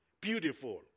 Beautiful